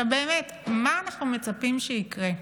עכשיו באמת, מה אנחנו מצפים שיקרה?